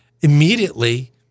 immediately